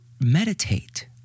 meditate